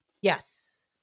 Yes